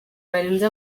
barenze